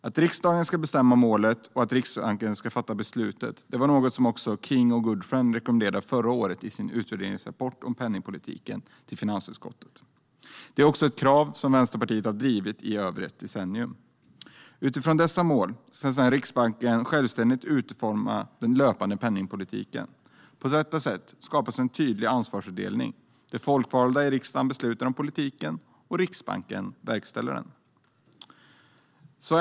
Att riksdagen ska bestämma målet och att Riksbanken ska fatta besluten var något som King och Goodfriend rekommenderade förra året i sin utvärderingsrapport till finansutskottet om penningpolitiken. Det är också ett krav som Vänsterpartiet har drivit i över ett decennium. Utifrån dessa mål ska sedan Riksbanken självständigt utforma den löpande penningpolitiken. På detta sätt skapas en tydlig ansvarsfördelning. De folkvalda i riksdagen beslutar om politiken, och Riksbanken verkställer den.